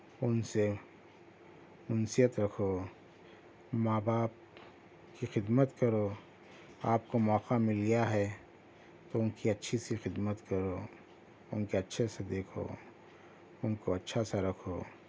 ان سے انسیت رکھو ماں باپ کی خدمت کرو آپ کو موقع مل گیا ہے تو ان کی اچھی سی خدمت کرو ان کے اچھے سے دیکھو ان کو اچھا سا رکھو